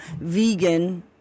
vegan